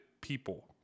people